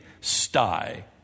sty